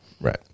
Right